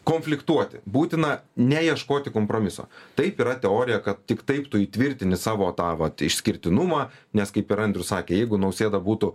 konfliktuoti būtina neieškoti kompromiso taip yra teorija kad tik taip tu įtvirtini savo tą va išskirtinumą nes kaip ir andrius sakė jeigu nausėda būtų